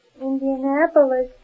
Indianapolis